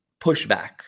pushback